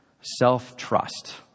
self-trust